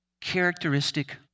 characteristic